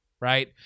right